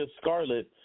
scarlet